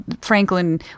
Franklin